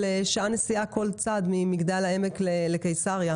שעה נסיעה לכל צד ממגדל העמק לקיסריה?